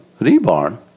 reborn